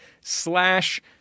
slash